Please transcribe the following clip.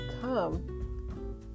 come